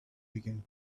began